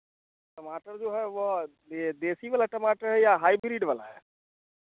टमाटर जो है वह दे देसी वाला टमाटर है या हाईब्रिड वला है